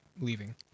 leaving